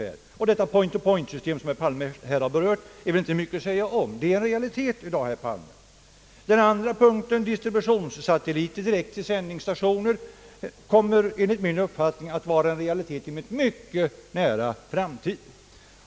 Det point to point-system, som herr Palme berörde, är det inte mycket att säga om. Det är en realitet i dag, herr Palme! Den andra punkten, distributionssatelliter direkt till sändarstationer, kommer enligt min uppfattning att vara en realitet i en mycket nära framtid.